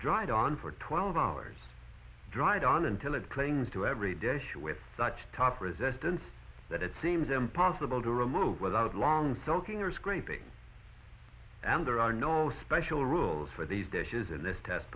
dried on for twelve hours dried on until it claims to every day shoot with such tough resistance that it seems impossible to remove without long sulking or scraping and there are no special rules for these dishes in this test